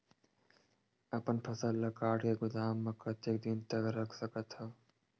अपन फसल ल काट के गोदाम म कतेक दिन तक रख सकथव?